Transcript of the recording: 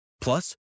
Plus